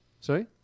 Sorry